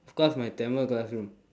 of course my tamil classroom